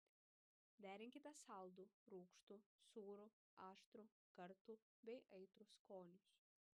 derinkite saldų rūgštų sūrų aštrų kartų bei aitrų skonius